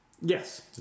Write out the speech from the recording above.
Yes